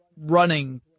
running